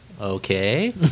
okay